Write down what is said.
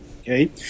okay